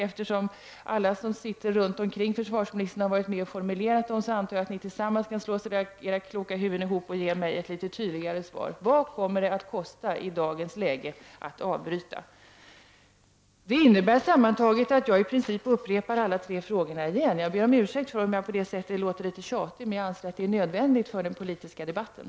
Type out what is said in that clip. Eftersom alla som sitter runt omkring försvarsministern har varit med och formulerat svaret, antar jag att ni kan slå era kloka huvuden ihop och ge mig ett litet tydligare svar: Vad kommer det att kosta i dagens läge att avbryta JAS-projektet? Detta innebär sammantaget att jag i princip upprepar alla tre frågorna. Jag ber om ursäkt för om jag på det sättet låter lite tjatig, men jag anser att det är nödvändigt för den politiska debatten.